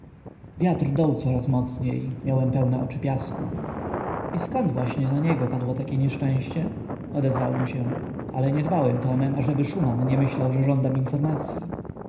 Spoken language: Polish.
wiatr dął coraz mocniej miałem pełne oczy piasku i zkąd właśnie na niego padło takie nieszczęście odezwałem się ale niedbałym tonem ażeby szuman nie myślał że żądam informacyi